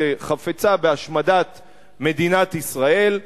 שחפצה בהשמדת מדינת ישראל,